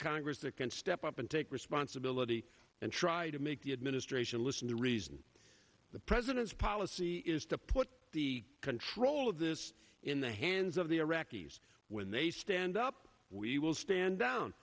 congress that can step up and take responsibility and try to make the administration listen to reason the president's policy is to put the control of this in the hands of the iraqis when they stand up we will stand down